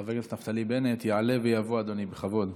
חבר הכנסת נפתלי בנט, יעלה ויבוא אדוני, בכבוד.